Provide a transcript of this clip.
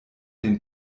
den